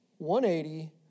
180